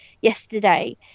yesterday